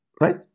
right